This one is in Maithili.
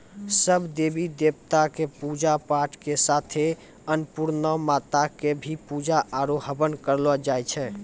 सब देवी देवता कॅ पुजा पाठ के साथे अन्नपुर्णा माता कॅ भी पुजा आरो हवन करलो जाय छै